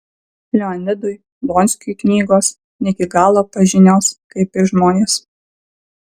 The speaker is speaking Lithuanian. leonidui donskiui knygos ne iki galo pažinios kaip ir žmonės